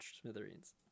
smithereens